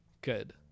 Good